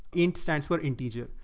in stands for integer.